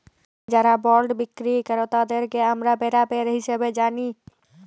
যারা বল্ড বিক্কিরি কেরতাদেরকে আমরা বেরাবার হিসাবে জালি